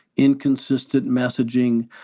inconsistent messaging,